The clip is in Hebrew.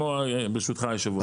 ברשותך יושב הראש.